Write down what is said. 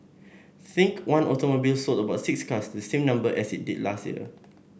think One Automobile sold about six cars the same number as it did last year